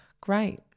great